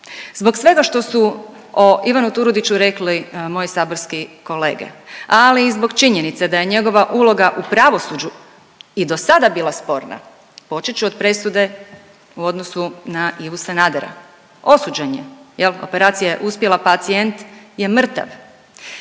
Zbog svega što su o Ivanu Turudiću rekli moji saborski kolege, ali i zbog činjenica da je njegova uloga u pravosuđu i do sada bila sporna, počet ću od presude u odnosu na Ivu Sanadera. Osuđen je jel, operacija je uspjela pacijent je mrtav.